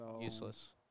Useless